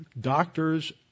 Doctors